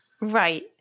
Right